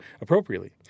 appropriately